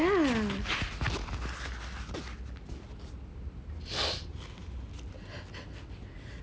yeah